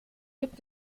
gibt